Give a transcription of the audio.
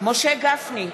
משה גפני,